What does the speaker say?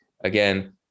again